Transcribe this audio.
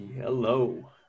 Hello